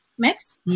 mix